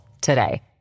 today